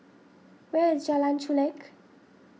where is Jalan Chulek